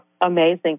Amazing